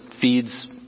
feeds